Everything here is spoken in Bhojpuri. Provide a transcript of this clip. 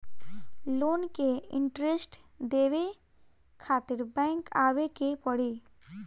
लोन के इन्टरेस्ट देवे खातिर बैंक आवे के पड़ी?